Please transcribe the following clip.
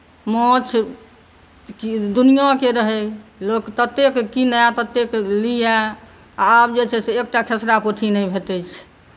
माछ दुनिआँके रहै लोक ततेक कीनए ततेक लियए आब जे छै से एकटा खेसरा पोठी नहि भेटैत छै